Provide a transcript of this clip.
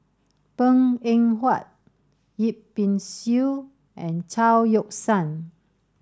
Png Eng Huat Yip Pin Xiu and Chao Yoke San